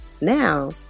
Now